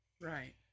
right